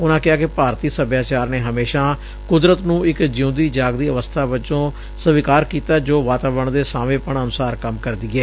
ਉਨਾਂ ਕਿਹਾ ਕਿ ਭਾਰਤੀ ਸਭਿਆਚਾਰ ਨੇ ਹਮੇਸ਼ਾਂ ਕੁਦਰਤ ਨੂੰ ਇਕ ਜਿਉਂਦੀ ਜਾਗਦੀ ਅਵਸਬਾ ਵਜੋਂ ਸਵੀਕਾਰ ਕੀਤੈ ਜੋ ਵਾਤਾਵਰਣ ਦੇ ਸਾਵੇਂਪਣ ਅਨੁਸਾਰ ਕੰਮ ਕਰਦੀ ਏ